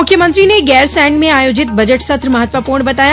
मुख्यमंत्री ने गैरसैंण में आयोजित बजट सत्र महत्वपूर्ण बताया